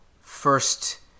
first